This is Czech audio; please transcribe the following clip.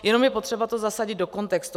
Jenom je potřeba to zasadit do kontextu.